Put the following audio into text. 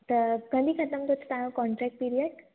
त कॾहिं ख़तम थो थिए तव्हांजो कॉन्ट्रेक्ट पीरिअड